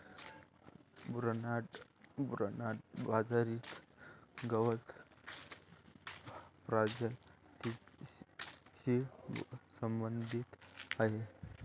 Bernard बाजरी गवत प्रजातीशी संबंधित आहे